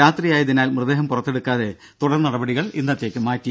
രാത്രിയായതിനാൽ മൃതദേഹം പുറത്തെടുക്കാതെ തുടർ നടപടികൾ ഇന്നത്തേക്ക് മാറ്റി